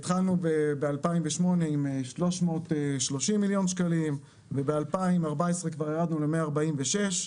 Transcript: התחלנו ב-2008 עם 330 מיליון שקלים וב-2014 כבר ירדנו ל-146.